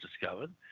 discovered